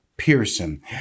Pearson